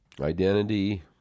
Identity